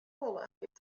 واحد